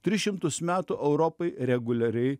tris šimtus metų europai reguliariai